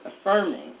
affirming